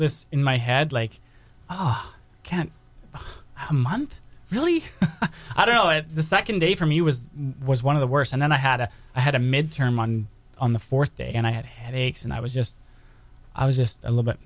this in my head like oh i can't a month really i don't know if the second day for me was one of the worst and then i had a i had a midterm on on the fourth day and i had headaches and i was just i was just a little bit